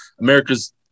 America's